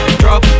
drop